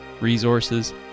resources